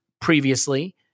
previously